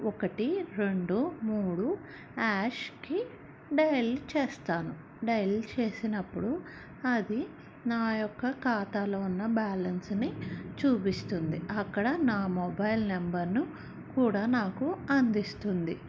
ఒకటి రెండు మూడు హ్యాష్కి డైల్ చేస్తాను డైల్ చేసినప్పుడు అది నా యొక్క ఖాతాలో ఉన్న బ్యాలన్స్ని చూపిస్తుంది అక్కడ నా మొబైల్ నెంబర్ను కూడా నాకు అందిస్తుంది